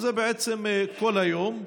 וזה בעצם כל היום.